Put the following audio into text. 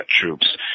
troops